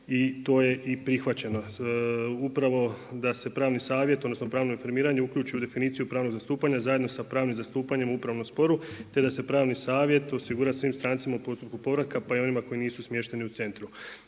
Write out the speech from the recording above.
i to je i prihvaćeno. Upravo da se pravni savjet odnosno pravno informiranje uključi u definiciju pravnog zastupanja zajedno sa pravnim zastupanjem u upravnom sporu te da se pravni savjet osigura svim strancima u postupku povratka pa i onima koji nisu smješteni u centru.